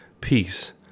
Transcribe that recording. peace